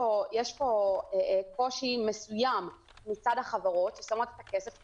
יש פה קושי מסוים מצד החברות ששמות את הכסף,